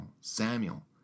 Samuel